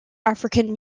african